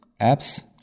apps